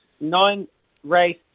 nine-race